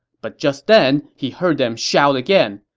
but just then, he heard them shout again,